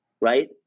right